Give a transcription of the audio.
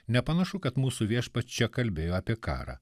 nepanašu kad mūsų viešpats čia kalbėjo apie karą